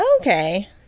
Okay